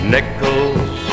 Nickels